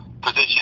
position